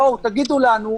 בואו תגידו לנו,